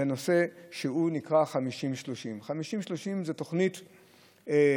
וזה נושא שנקרא 50 30. 50 30 היא תוכנית לאומית.